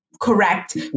correct